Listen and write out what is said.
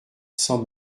sans